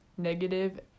negative